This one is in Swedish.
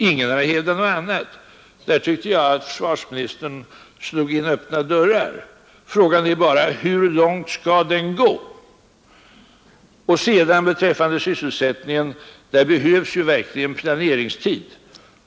Ingen har hävdat något annat. Där tyckte jag försvarsministern slog in öppna dörrar. Frågan är bara hur långt den skall gå. Beträffande sysselsättningen behövs verkligen planeringstid.